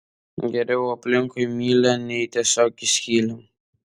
geriau aplinkui mylią nei tiesiog į skylę